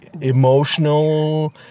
emotional